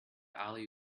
alley